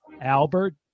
Albert